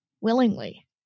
Willingly